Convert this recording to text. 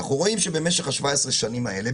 אנחנו רואים שבמשך ה-17 שנים האלה,